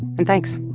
and thanks